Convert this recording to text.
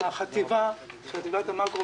חטיבת המקרו,